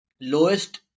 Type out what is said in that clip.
lowest